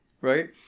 right